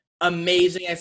Amazing